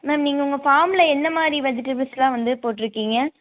ma'am நீங்கள் உங்கள் ஃபார்மில் எந்த மாதிரி வெஜிடேபிள்ஸ் எல்லாம் வந்து போட்டுருக்கீங்க